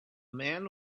man